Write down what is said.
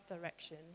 direction